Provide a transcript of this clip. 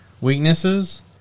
weaknesses